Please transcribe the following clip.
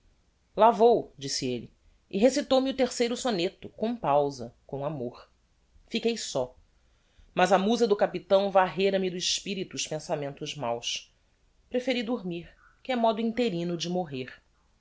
vou disse elle e recitou me o terceiro soneto com pausa com amor fiquei só mas a musa do capitão varrera me do espirito os pensamentos máus preferi dormir que é modo interino de morrer